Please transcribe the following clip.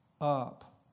up